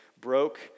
broke